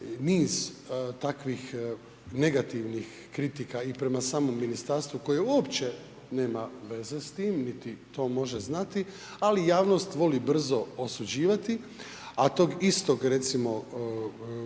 niz takvih negativnim kritika i prema samom ministarstvu koje uopće nema veze sa time niti to može znati ali javnost voli brzo osuđivati a tog istog kolegu